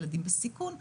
ילדים בסיכון,